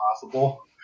possible